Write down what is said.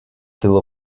still